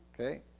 Okay